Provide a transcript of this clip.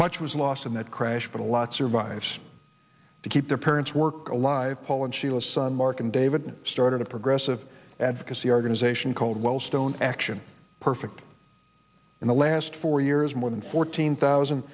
much was lost in that crash but a lot survives to keep their parents work alive paul and sheila son mark and david started a progressive advocacy organization called well stone action perfect in the last four years more than fourteen thousand